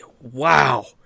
wow